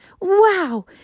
Wow